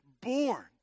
born